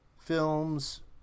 films